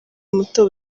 muto